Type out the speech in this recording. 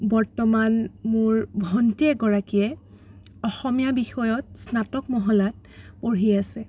বৰ্তমান মোৰ ভণ্টী এগৰাকীয়ে অসমীয়া বিষয়ত স্নাতক মহলাত পঢ়ি আছে